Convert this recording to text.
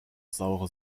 saure